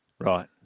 Right